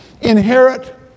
inherit